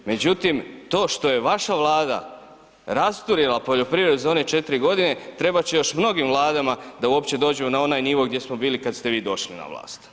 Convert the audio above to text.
Međutim, to što je vaša Vlada rasturila poljoprivredu za one 4 godine, trebat će još mnogim Vladama da dođu na onaj nivo gdje smo bili kad ste vi došli na vlast.